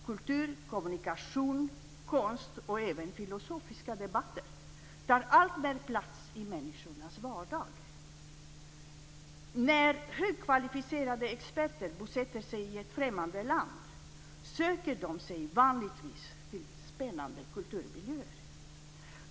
Kultur, kommunikation, konst och även filosofiska debatter tar alltmer plats i människornas vardag. När högkvalificerade experter bosätter sig i ett främmande land söker de sig vanligtvis till spännande kulturmiljöer.